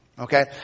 Okay